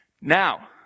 Now